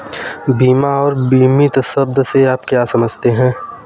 बीमा और बीमित शब्द से आप क्या समझते हैं?